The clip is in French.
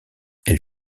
elle